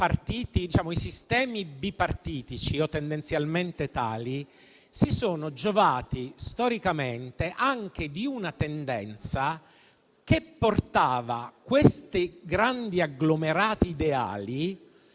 i sistemi bipartitici o tendenzialmente tali si sono giovati storicamente anche di una tendenza che portava questi grandi agglomerati ideali